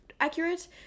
accurate